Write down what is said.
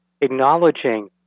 Acknowledging